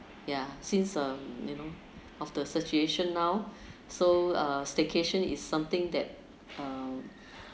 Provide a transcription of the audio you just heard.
ya since um you know of the situation now so uh staycation is something that uh